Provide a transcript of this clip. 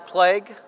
Plague